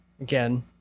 again